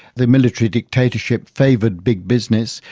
the military dictatorship favoured big business,